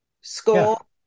school